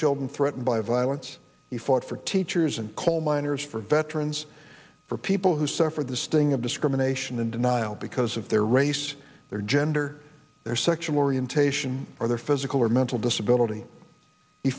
children threatened by violence we fought for teachers and coal miners for veterans for people who suffered the sting of discrimination and denial because of their race their gender their sexual orientation or their physical or mental disability he